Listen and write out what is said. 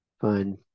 Fine